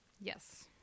Yes